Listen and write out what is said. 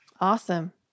Awesome